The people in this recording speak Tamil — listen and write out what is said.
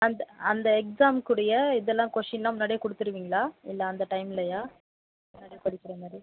அந்த அந்த எக்ஸாமுக்குரிய இதெல்லாம் கொஷின்லாம் முன்னாடியே கொடுத்துருவீங்களா இல்லை அந்த டைம்லேயா முன்னாடியே படிக்கிற மாதிரி